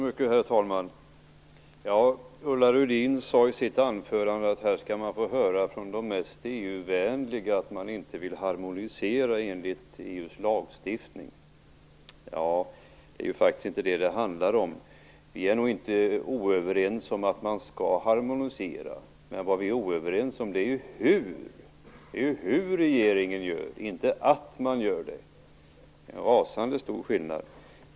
Herr talman! Ulla Rudin sade i sitt anförande att det var märkligt att höra från de mest EU-vänliga att de inte vill harmonisera enligt EU:s lagstiftning. Det är faktiskt inte det som det handlar om. Vi är nog inte oense om att man skall harmonisera. Vad vi är oense om är hur regeringen gör - inte att man gör det. Det är en rasande stor skillnad.